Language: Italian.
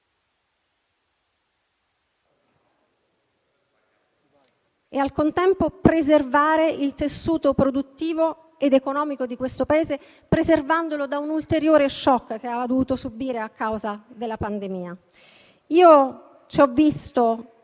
e, al contempo, difendere il tessuto produttivo ed economico di questo Paese, preservandolo dall'ulteriore *shock* che ha dovuto subire a causa della pandemia. Io ci ho visto